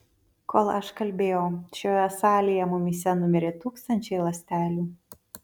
kol aš kalbėjau šioje salėje mumyse numirė tūkstančiai ląstelių